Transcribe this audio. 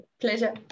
pleasure